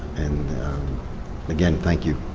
and again, thank you.